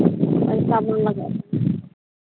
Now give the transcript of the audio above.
ᱯᱚᱭᱥᱟ ᱵᱟᱝ ᱞᱟᱜᱟᱜ ᱠᱟᱱᱟ